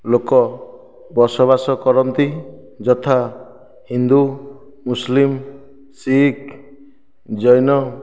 ଲୋକ ବସବାସ କରନ୍ତି ଯଥା ହିନ୍ଦୁ ମୁସଲିମ୍ ଶିଖ୍ ଜୈନ